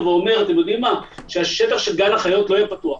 אבל הציפייה היא שאנחנו נוכל לקבל אישור לפתיחה מדורגת אחרת,